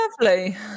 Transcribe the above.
lovely